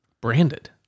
branded